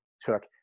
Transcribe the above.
took